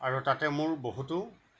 আৰু তাতে মোৰ বহুতো